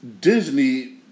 Disney